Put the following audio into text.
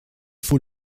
faut